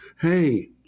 hey